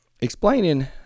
explaining